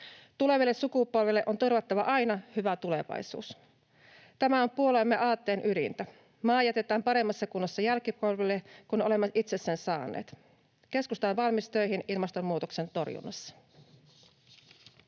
Tuleville sukupolville on turvattava aina hyvä tulevaisuus. Tämä on puolueemme aatteen ydintä: maa jätetään paremmassa kunnossa jälkipolville kuin olemme itse sen saaneet. Keskusta on valmis töihin ilmastonmuutoksen torjunnassa.